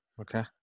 Okay